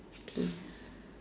okay